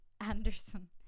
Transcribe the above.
Anderson